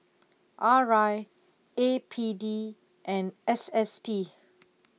R I A P D and S S T